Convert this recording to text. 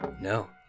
No